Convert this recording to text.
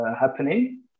happening